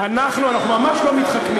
לא, אנחנו ממש לא מתחכמים.